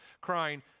crying